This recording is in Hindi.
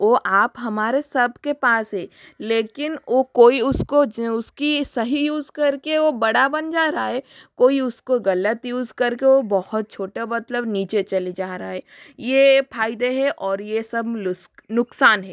ओ आप हमारे सबके पास है लेकिन ओ कोई उसको उसकी सही यूज़ करके ओ बड़ा बन जा रहा है कोई उसको गलत यूज़ करके ओ बहुत छोटा मतलब नीचे चले जा रहा है ये फायदे है और ये सब नुकसान है